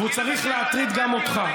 אבל אתה תוקף אותנו על הצעות